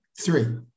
Three